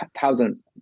thousands